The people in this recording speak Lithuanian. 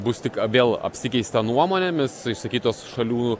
bus tik vėl apsikeista nuomonėmis išsakytos šalių